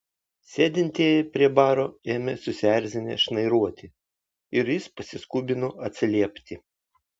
sėdintieji prie baro ėmė susierzinę šnairuoti ir jis pasiskubino atsiliepti